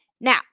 Now